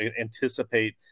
anticipate